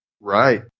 Right